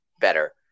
better